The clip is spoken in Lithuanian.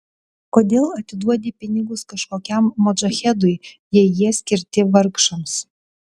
kodėl atiduodi pinigus kažkokiam modžahedui jei jie skirti vargšams